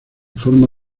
forma